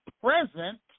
present